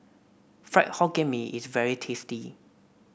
Fried Hokkien Mee is very tasty